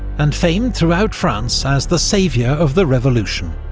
and famed throughout france as the saviour of the revolution.